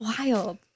Wild